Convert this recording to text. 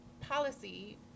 policy